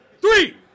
Three